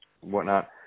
whatnot